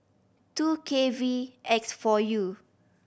two K V X four U